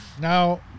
Now